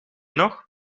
nog